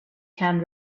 can